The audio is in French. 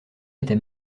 était